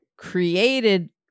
created